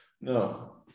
No